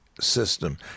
System